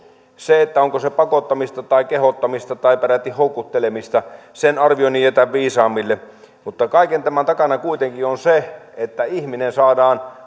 sen arvioinnin onko se pakottamista tai kehottamista tai peräti houkuttelemista jätän viisaammille mutta kaiken tämän takana kuitenkin on se että ihminen saadaan